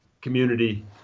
community